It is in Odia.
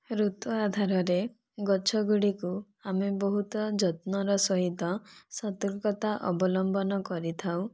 ଋତୁ ଆଧାରରେ ଗଛଗୁଡ଼ିକୁ ଆମେ ବହୁତ ଯତ୍ନର ସହିତ ସତର୍କତା ଅବଲମ୍ବନ କରିଥାଉ